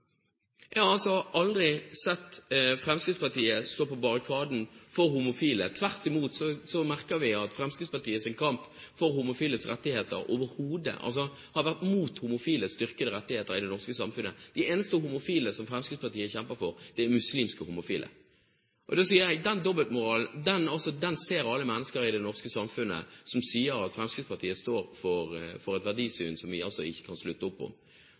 Jeg har altså aldri sett Fremskrittspartiet stå på barrikadene for homofile. Tvert imot merker vi at Fremskrittspartiets kamp har vært mot homofiles styrkede rettigheter i det norske samfunnet. De eneste homofile som Fremskrittspartiet kjemper for, er muslimske homofile. Da sier jeg: Den dobbeltmoralen ser alle mennesker i det norske samfunnet, og den sier at Fremskrittspartiet står for et verdisyn som vi ikke kan slutte opp om.